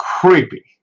creepy